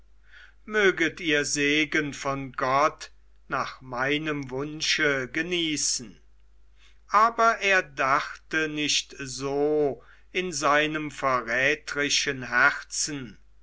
möget ihr segen von gott nach meinem wunsche genießen aber er dachte nicht so in seinem verrätrischen herzen